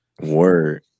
Word